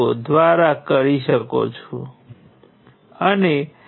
node 2 માંથી વહેતો current નકારાત્મક છે તેથી આપણી પાસે GM હશે